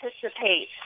participate